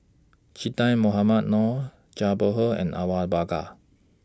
Che Dah Mohamed Noor Zhang Bohe and Awang Bakar